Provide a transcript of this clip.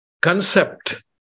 concept